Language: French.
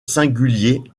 singulier